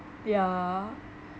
ya